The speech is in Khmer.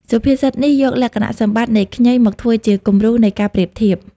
សុភាសិតនេះយកលក្ខណៈសម្បត្តិនៃ ខ្ញី មកធ្វើជាគំរូនៃការប្រៀបធៀប។